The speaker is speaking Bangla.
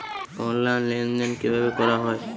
অনলাইন লেনদেন কিভাবে করা হয়?